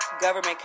government